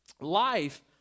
life